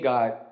God